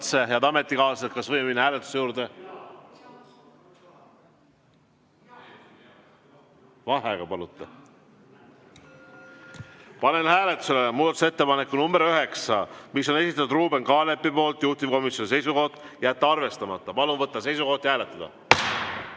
Head ametikaaslased, kas võime minna hääletuse juurde? Vaheaega palute? Panen hääletusele muudatusettepaneku nr 9, mille on esitanud Ruuben Kaalep, juhtivkomisjoni seisukoht: jätta arvestamata. Palun võtta seisukoht ja hääletada!